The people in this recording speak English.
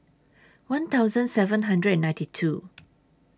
one thousand seven hundred and ninety two